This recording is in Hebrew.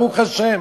ברוך השם,